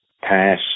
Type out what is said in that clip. pass